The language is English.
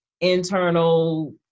internal